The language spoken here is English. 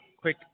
quick